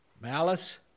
malice